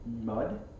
mud